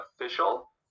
official